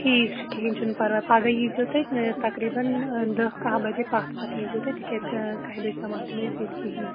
ٹھیٖک چھُ کِہیٖنۍ چھُنہٕ پَرواے پگاہ ییٖزیو تُہۍ تقریٖباً دٔہ کاہ بَجے پَتھ پَتھ ییٖزیٚو تُہۍ تِکیٛازِ کہہِ بَجہِ تام آسو نہٕ أسۍ ییٚتہِ کِہیٖنۍ